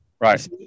Right